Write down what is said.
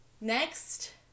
Next